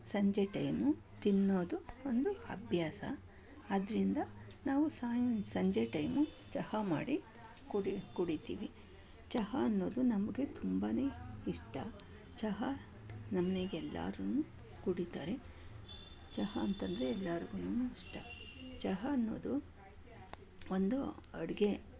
ಸಂಜೆ ಟೈಮು ತಿನ್ನೋದು ಒಂದು ಅಭ್ಯಾಸ ಆದ್ದರಿಂದ ನಾವು ಸಾಯಮ್ ಸಂಜೆ ಟೈಮು ಚಹಾ ಮಾಡಿ ಕುಡಿ ಕುಡಿತೀವಿ ಚಹಾ ಅನ್ನೋದು ನಮಗೆ ತುಂಬನೇ ಇಷ್ಟ ಚಹಾ ನಮ್ಮನೇಗೆ ಎಲ್ಲಾರೂ ಕುಡಿತಾರೆ ಚಹಾ ಅಂತಂದರೆ ಎಲ್ಲರಿಗೂನು ಇಷ್ಟ ಚಹಾ ಅನ್ನೋದು ಒಂದು ಅಡುಗೆ